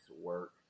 work